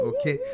Okay